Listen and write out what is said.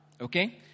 okay